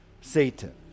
Satan